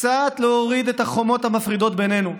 קצת להוריד את החומות המפרידות בינינו,